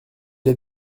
est